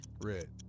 Red